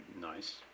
Nice